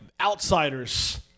Outsiders